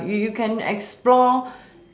uh you can explore